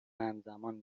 همزمان